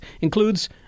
includes